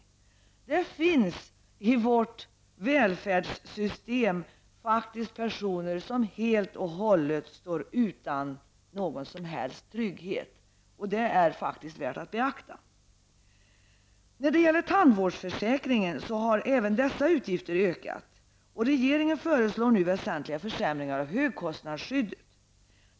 Det finns i vårt välfärdssystem personer som helt och hållet står utan trygghet. Det är värt att beakta. När det gäller tandvårdsförsäkringen har även dessa utgifter ökat. Regeringen föreslår väsentliga försämringar av högkostnadsskyddet.